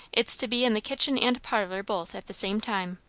it's to be in the kitchen and parlour both at the same time.